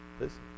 listen